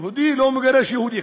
יהודי לא מגרש יהודי.